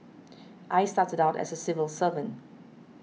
I started out as a civil servant